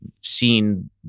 seen